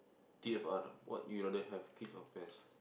T_F_R what do you rather have kids or pets